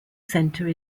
center